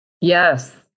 Yes